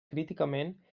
críticament